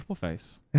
face